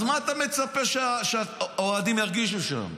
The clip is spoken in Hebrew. אז מה אתה מצפה שהאוהדים ירגישו שם?